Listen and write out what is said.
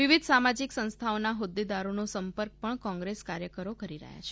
વિવિધ સામાજિક સંસ્થાઓના હોદ્દેદારોનો સંપર્ક પણ કોંગ્રેસ કાર્યકરો કરી રહ્યા છે